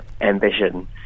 ambition